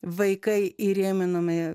vaikai įrėminami